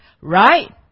Right